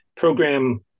Program